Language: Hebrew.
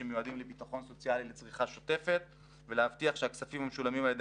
שמיועדים לביטוח סוציאלי לצריכה שוטפת ולהבטיח שהכספים המשולמים על ידי